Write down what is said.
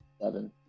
seven